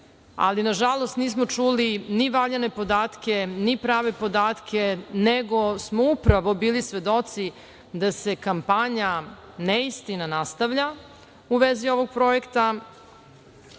ali nažalost nismo čuli ni valjane podatke, ni prave podatke, nego smo upravo bili svedoci da se kampanja neistina nastavlja u vezi ovog projekta